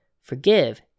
Forgive